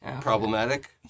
problematic